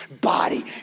body